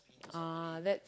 ah that's